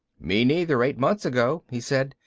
me neither, eight months ago, he said.